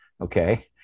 okay